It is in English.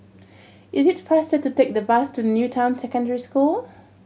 it is faster to take the bus to New Town Secondary School